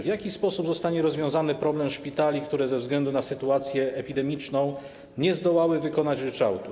W jaki sposób zostanie rozwiązany problem szpitali, które ze względu na sytuację epidemiczną nie zdołały wykonać ryczałtu?